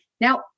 now